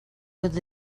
with